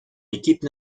équipe